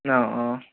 অ অ